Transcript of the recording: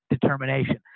determination